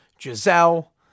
Giselle